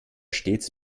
stets